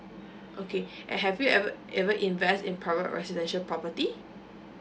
okay and have you ever ever invest in private residential property